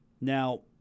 Now